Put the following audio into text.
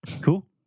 Cool